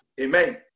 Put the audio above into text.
Amen